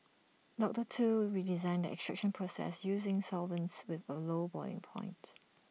doctor Tu redesigned the extraction process using solvents with A low boiling point